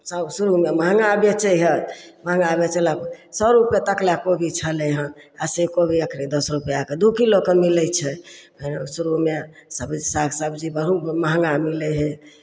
सभ शुरूमे महंगा बेचै हइ महंगा बेचलक सए रुपैए तक लए कोबी छलय हन आ से कोबी एखन दस रुपैआके दू किलोके मिलै छै फेर शुरूमे सभ साग सबजी बहुत महंगा मिलै हइ